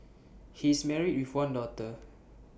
he is married with one daughter